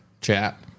chat